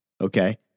Okay